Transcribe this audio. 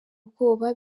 ubwoba